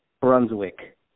Brunswick